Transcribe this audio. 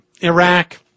Iraq